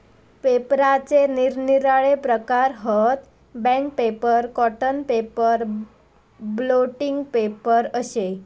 पेपराचे निरनिराळे प्रकार हत, bank paper, cotton paper, blotting paper अशे